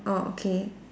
orh okay